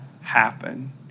happen